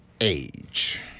age